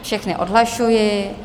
Všechny odhlašuji.